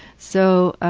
so